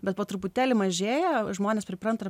bet po truputėlį mažėja žmonės pripranta ir